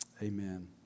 Amen